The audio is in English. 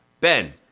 Ben